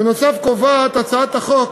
בנוסף קובעת הצעת החוק